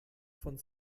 von